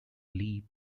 lee